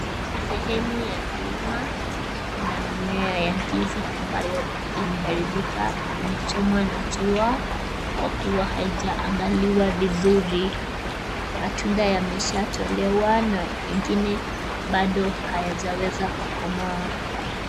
Sehemu ya milima. Kuna mimea ya ndizi ambayo imeharibika. Imechomwa na jua kwa kuwa haijaangaliwa vizuri. Matunda yameshatolewa na ingine bado hayajaweza kukomaa.